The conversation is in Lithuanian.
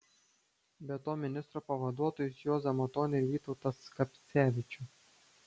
be to ministro pavaduotojus juozą matonį ir vytautą skapcevičių